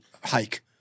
hike